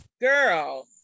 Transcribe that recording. girl